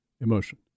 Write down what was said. emotion